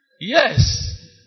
Yes